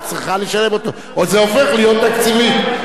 בשביל זה יש ממשלה שהיא צריכה לענות.